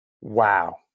Wow